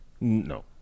no